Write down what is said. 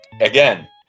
again